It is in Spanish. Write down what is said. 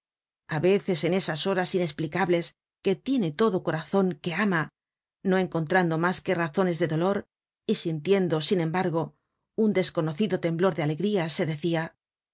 a veces en esas horas inesplicables que'tiene todo corazon que ama no encontrando mas que razones de dolor y sintiendo sin embargo un desconocido temblor de alegría se decia